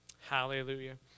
hallelujah